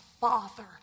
father